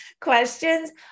questions